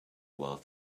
while